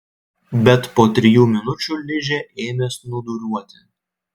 bet po trijų minučių ližė ėmė snūduriuoti